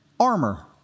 armor